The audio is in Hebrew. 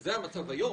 שזה המצב היום,